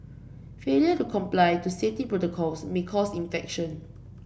failure to comply to safety protocols may cause infection